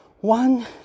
one